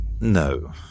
No